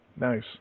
Nice